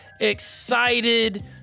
excited